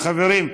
חברים,